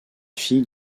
fille